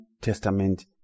Testament